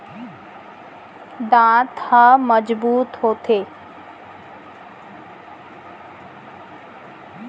सुपारी के चूरन ल दांत म घँसे ले दांत के बेमारी म फायदा होथे